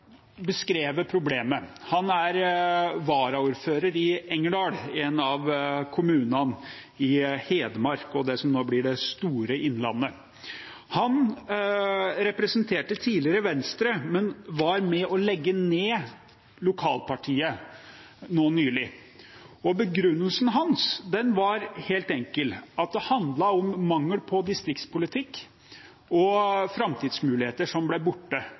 beskrevet problemet, er varaordfører i Engerdal, en av kommunene i Hedmark og det som nå blir det store Innlandet. Han representerte tidligere Venstre, men var med på å legge ned lokalpartiet nå nylig. Begrunnelsen hans var helt enkel: Det handlet om mangel på distriktspolitikk og framtidsmuligheter som ble borte.